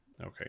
okay